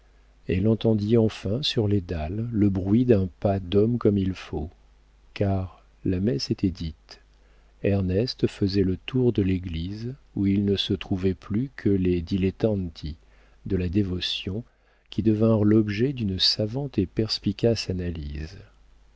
elle entendit enfin sur les dalles le bruit d'un pas d'homme comme il faut car la messe était dite ernest faisait le tour de l'église où il ne se trouvait plus que les dilettanti de la dévotion qui devinrent l'objet d'une savante et perspicace analyse